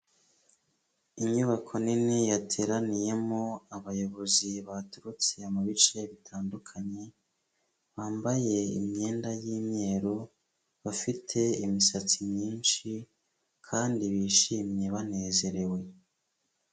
Inyubako nini yateraniyemo abayobozi baturutse mu bice bitandukanye, bambaye imyenda y'imyeru, bafite imisatsi myinshi, kandi bishimye banezerewe.